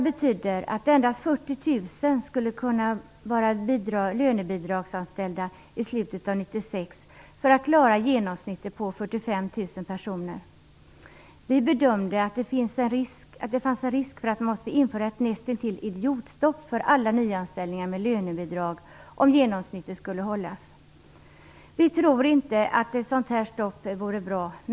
För att man skall kunna klara genomsnittet 45 000 personer skulle då i slutet av 1996 endast 40 000 kunna vara lönebidragsanställda. Vi bedömde att det fanns en risk att man för att detta genomsnitt skulle kunna hållas måste införa näst intill ett idiotstopp för alla nyanställningar med lönebidrag. Vi tror inte att ett sådant här stopp vore bra.